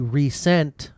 resent